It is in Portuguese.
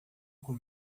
com